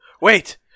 Wait